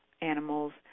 animals